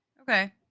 Okay